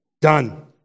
done